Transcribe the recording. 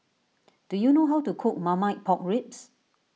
do you know how to cook Marmite Pork Ribs